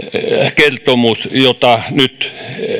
kertomuksena jota nyt